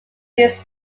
its